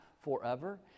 forever